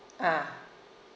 ah